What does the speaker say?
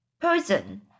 poison